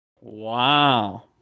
Wow